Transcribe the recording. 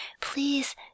Please